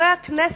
חברי הכנסת,